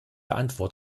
antwort